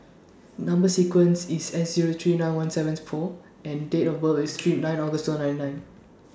Number sequence IS S Zero three nine one seventh four and Date of birth IS nine August two nine nine